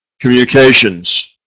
communications